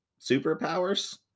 superpowers